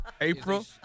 April